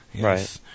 right